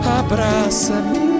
abraça-me